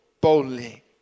boldly